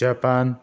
Japan